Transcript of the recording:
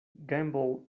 gamble